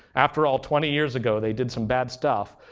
after all, twenty years ago they did some bad stuff.